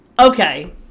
Okay